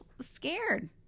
scared